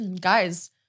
Guys